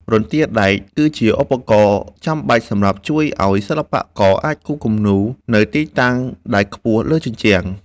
រន្ទាដែក គឺជាឧបករណ៍ចាំបាច់សម្រាប់ជួយឱ្យសិល្បករអាចគូរគំនូរនៅទីតាំងដែលខ្ពស់លើជញ្ជាំង។